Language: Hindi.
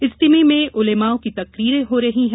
इज्तिमे में उलेमाओं की तक़रीरे हो रही हैं